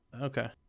Okay